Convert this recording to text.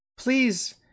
Please